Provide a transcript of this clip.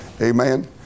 Amen